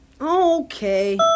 Okay